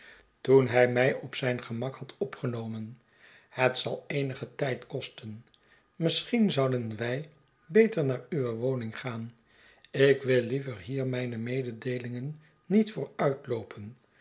toen hij mij op zijn gemak had opgenomen het zal eenigen tijd kosten misschien zouden wij beter naar uwe woning gaan ik wil liever hier mijne mededeelingen niet